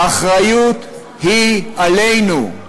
האחריות היא עלינו,